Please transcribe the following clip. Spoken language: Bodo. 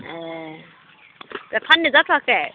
ए दा फाननो जाथ'आखै